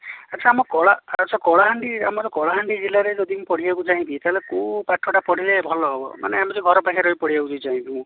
ଆଚ୍ଛା ଆମ କଳା ଆଚ୍ଛା କଳାହାଣ୍ଡି ଆମର କଳାହାଣ୍ଡି ଜିଲ୍ଲାରେ ଯଦି ମୁଁ ପଢ଼ିବାକୁ ଚାହିଁବି ତା'ହେଲେ କେଉଁ ପାଠଟା ପଢ଼ିଲେ ଭଲ ହବ ମାନେ ଏମିତି ଘର ପାଖରେ ରହିକି ଯଦି ପଢ଼ିବାକୁ ଚାହିଁବି ମୁଁ